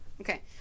Okay